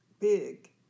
Big